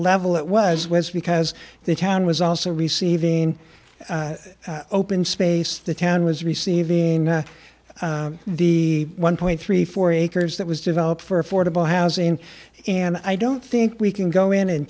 level it was was because the town was also receiving open space the town was receiving the one point three four acres that was developed for affordable housing and i don't think we can go in and